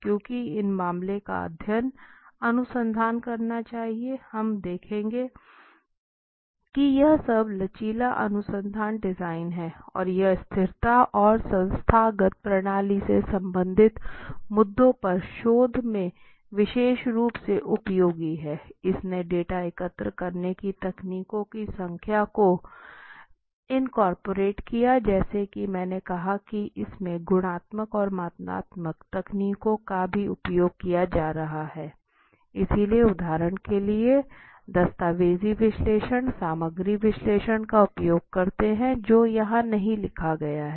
क्यों इस मामले का अध्ययन अनुसंधान करना चाहिए हम देखेंगे कि यह सबसे लचीला अनुसंधान डिजाइन हैं और यह स्थिरता और संस्थागत प्रणाली से संबंधित मुद्दों पर शोध में विशेष रूप से उपयोगी है इसने डेटा एकत्र करने की तकनीकों की संख्या को इन्कॉर्पोरेट किया जैसा कि मैंने कहा कि इसमें गुणात्मक और मात्रात्मक तकनीकों का भी उपयोग किया जा रहा है इसलिए उदाहरण के लिए दस्तावेजी विश्लेषण सामग्री विश्लेषण का उपयोग करते हैं जो यहां नहीं लिखा गया है